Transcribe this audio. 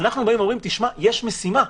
אנחנו אומרים: "תשמע, יש משימה.